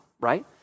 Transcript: right